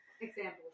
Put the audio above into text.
Examples